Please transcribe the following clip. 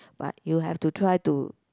but you have to try to